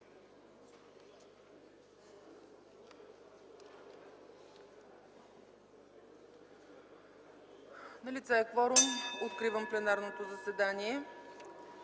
пленарното заседание.